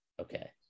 okay